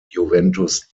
juventus